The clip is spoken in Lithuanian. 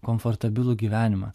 komfortabilų gyvenimą